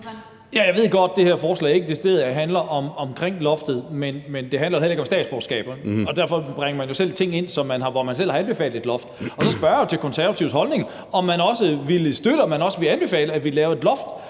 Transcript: Jeg ved godt, at det her forslag ikke decideret handler om loftet, men det handler jo heller ikke om statsborgerskaber. Derfor bringer man selv ting ind, hvor man selv har anbefalet et loft. Så spørger jeg jo til Konservatives holdning, altså om man også støtter og vil anbefale, at vi lavede et loft